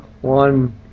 one